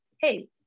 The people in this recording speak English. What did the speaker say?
hey